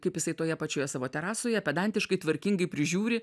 kaip jisai toje pačioje savo terasoje pedantiškai tvarkingai prižiūri